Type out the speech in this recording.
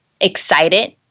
excited